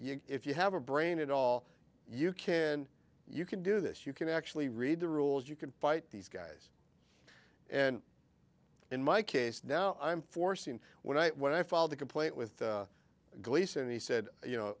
if you have a brain at all you can you can do this you can actually read the rules you can fight these guys and in my case now i'm forcing when i when i filed a complaint with gleason he said you know